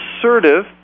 assertive